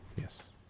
Yes